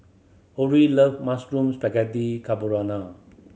Orrie love Mushroom Spaghetti Carbonara